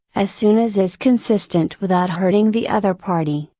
as soon as is consistent without hurting the other party,